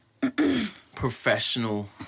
professional